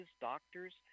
doctors